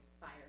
fire